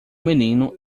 menino